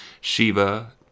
Shiva